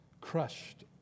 crushed